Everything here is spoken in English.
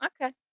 okay